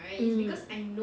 mm